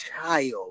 child